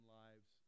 lives